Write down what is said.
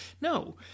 No